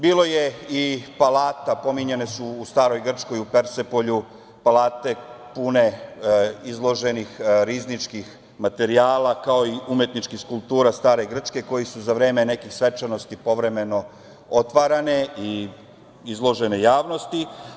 Bilo je i palata, pominjane su u Staroj Grčkoj u Persepolju palate pune izloženih rizničkih materijala, kao i umetničkih skulptura Stare Grčke, koje su za vreme nekih svečanosti povremeno otvarane i izložene javnosti.